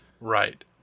Right